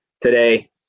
today